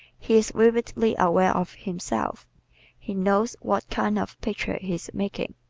he is vividly aware of himself he knows what kind of picture he is making.